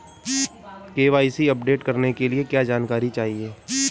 KYC update करने के लिए क्या जानकारी चाहिए?